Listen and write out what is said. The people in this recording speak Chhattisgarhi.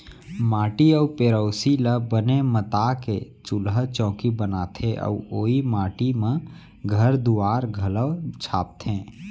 माटी अउ पेरोसी ल बने मता के चूल्हा चैकी बनाथे अउ ओइ माटी म घर दुआर घलौ छाबथें